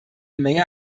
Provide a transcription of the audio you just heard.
menge